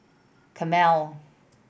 camel